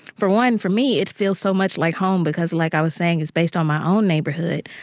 for one, for me, it feels so much like home because, like i was saying, it's based on my own neighborhood.